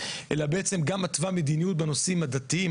אלא גם מתווה מדיניות בנושאים הדתיים,